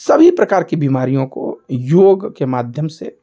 सभी प्रकार की बीमारियों को योग के माध्यम से